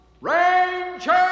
Ranger